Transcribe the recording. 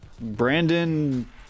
Brandon